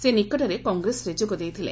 ସେ ନିକଟରେ କଂଗ୍ରେସରେ ଯୋଗ ଦେଇଥିଲେ